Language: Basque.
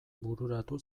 bururatu